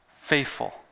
faithful